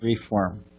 Reform